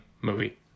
movie